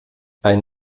ein